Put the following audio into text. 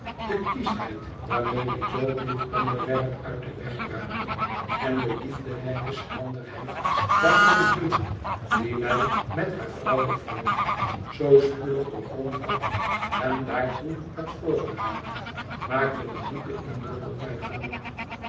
de kieschheid waarmede jo dit onderwerp uit den weg ruimde en de liefderijke schranderheid waarmede biddy die mij met haar vrouwelijk vernuft zoo spoedig doorgrond had hem daartoe had voorbereid maakten een diepen indruk op mijn gemoed